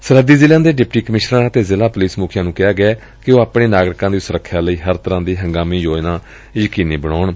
ਸਰਹੱਦੀ ਜ਼ਿਲ਼ਿਆਂ ਦੇਂ ਡਿਪਟੀ ਕਮਿਸ਼ਨਰਾਂ ਅਤੇ ਜ਼ਿਲ਼ਾ ਪੁਲਿਸ ਮੁਖੀਆਂ ਨੂੰ ਕਿਹਾ ਗੈ ਕਿ ਉਹ ਆਪਣੇ ਨਾਗਰਿਕਾਂ ਦੀ ਸੁਰੱਖਿਆ ਲਈ ਹਰ ਤਰਾਂ ਦੀਆਂ ਹੰਗਾਮੀ ਯੋਜਨਾਵਾਂ ਯਕੀਨੀ ਬਣਾਉਣ